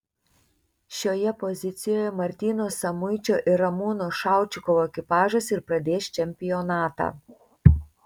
šioje pozicijoje martyno samuičio ir ramūno šaučikovo ekipažas ir pradės čempionatą